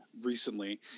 recently